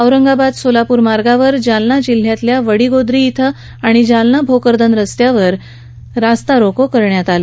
औरंगाबाद सोलापूर मार्गावर जालना जिल्ह्यातल्या वडिगोद्री िं आणि जालना भोकरदन मार्गावर रास्ता रोको करण्यात आला